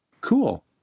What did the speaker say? Cool